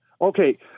Okay